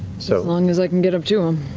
so long as i can get up to him.